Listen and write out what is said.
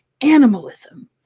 animalism